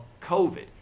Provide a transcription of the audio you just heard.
COVID